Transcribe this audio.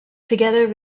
together